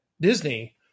Disney